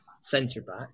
centre-back